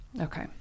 okay